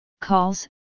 calls